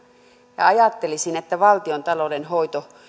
ja ajattelisin että valtiontalouden hoito